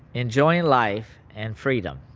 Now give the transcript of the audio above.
enjoying life and freedom.